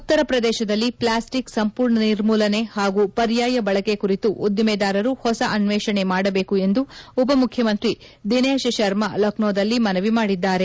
ಉತ್ತರ ಪ್ರದೇಶದಲ್ಲಿ ಪ್ಲಾಸ್ಟಿಕ್ ಸಂಪೂರ್ಣ ನಿರ್ಮೂಲನೆ ಹಾಗೂ ಪರ್ಯಾಯ ಬಳಕೆ ಕುರಿತಂತೆ ಉಧಿಮೆದಾರರು ಹೊಸ ಅನ್ನೇಷಣೆ ಮಾಡಬೇಕು ಎಂದು ಉಪ ಮುಖ್ನಮಂತ್ರಿ ದಿನೇರ್ತ ಶರ್ಮಾ ಲಕ್ಕೋದಲ್ಲಿ ಮನವಿ ಮಾಡಿದ್ದಾರೆ